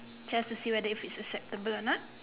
have to see whether if it's acceptable or not